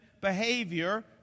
behavior